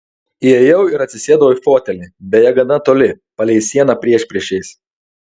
įėjau ir atsisėdau į fotelį beje gana toli palei sieną priešpriešiais